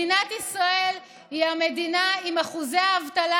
מדינת ישראל היא המדינה עם אחוזי האבטלה